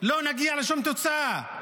לא נגיע לשום תוצאה.